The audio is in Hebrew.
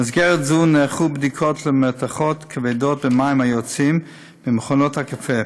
במסגרת זו נערכו בדיקות של מתכות כבדות במים היוצאים ממכונות הקפה.